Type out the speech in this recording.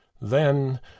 Then